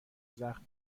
زخم